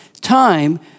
time